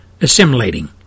assimilating